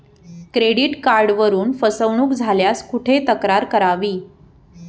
Credit कार्डवरून फसवणूक झाल्यास कुठे तक्रार करावी?